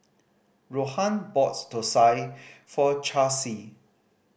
Rohan bought thosai for Charlsie